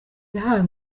yahawe